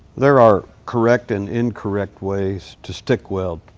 there are correct and incorrect ways to stick weld.